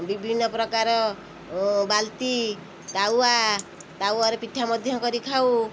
ବିଭିନ୍ନ ପ୍ରକାର ବାଲ୍ଟି ତାୱା ତାୱାରେ ପିଠା ମଧ୍ୟ କରି ଖାଉ